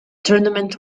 tournament